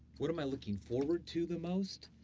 what am i looking forward to the most?